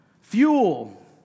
Fuel